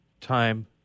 time